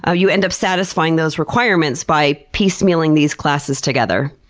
ah you end up satisfying those requirements by piecemealing these classes together.